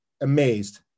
amazed